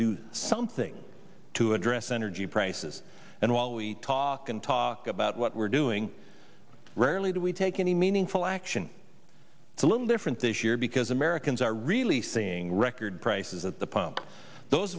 do something to address energy prices and while we talk and talk about what we're doing rarely do we take any meaningful action it's a little different this year because americans are really seeing record prices at the pump those